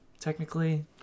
Technically